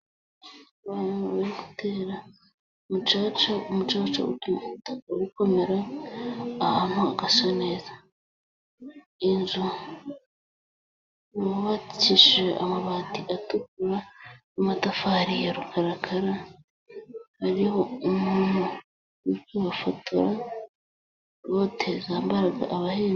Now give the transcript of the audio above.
Abantu bari gutera mucaca, umucaca utuma ubutaka bukomera, ahantu hagasa neza. Inzu yubakishije amabati atukura, n'amatafari ya rukarakara, hariho umuntu uri kubafotora, bote zambara abahinzi,..